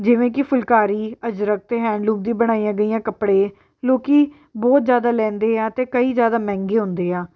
ਜਿਵੇਂ ਕਿ ਫੁਲਕਾਰੀ ਅਜਰਖ ਅਤੇ ਹੈਂਡਲੂਮ ਦੀ ਬਣਾਈਆਂ ਗਈਆਂ ਕੱਪੜੇ ਲੋਕ ਬਹੁਤ ਜ਼ਿਆਦਾ ਲੈਂਦੇ ਆ ਅਤੇ ਕਈ ਜ਼ਿਆਦਾ ਮਹਿੰਗੇ ਆਉਂਦੇ ਆ